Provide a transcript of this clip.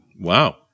Wow